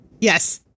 yes